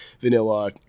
Vanilla